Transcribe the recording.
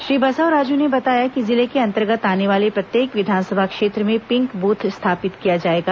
श्री बसवराजू ने बताया कि जिले के अंतर्गत आने वाले प्रत्येक विधानसभा क्षेत्र में पिंक बूथ स्थापित किया जाएगा